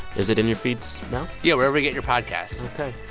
is it in your feeds now? yeah, wherever you get your podcasts ok.